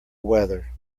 weather